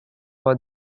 for